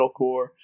metalcore